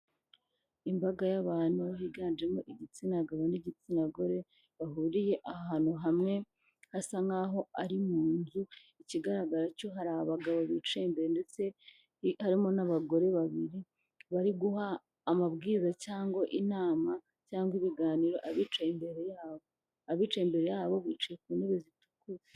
Imbaga y'abantu higanjemo igitsina gabo n'igitsina gore bahuriye ahantu hamwe asa nk'aho ari mu nzu, ikigaragara cyo hari abagabo bicaye imbere ndetse harimo n'abagore babiri bari guha amabwiriza cyangwa inama cyangwa ibiganiro abicaye imbere y'abo, abicaye imbere y'abo bicaye ku ntebe zitukura.